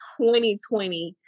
2020